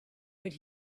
but